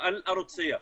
על הרוצח.